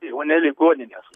o ne ligonines